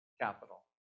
capital